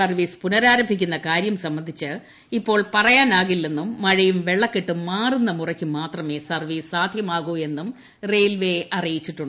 service പുനരാരംഭിക്കുന്നു കാര്യം സംബന്ധിച്ച് ഇപ്പോൾ പറയാനാകില്ലെന്നും മഴയ്യും വെള്ളക്കെട്ടും മാറുന്ന മുറയ്ക്ക് മാത്രമേ സർവ്വീസ് ്സാധ്യമാകൂവെന്നും റെയിൽവേ അറിയിച്ചു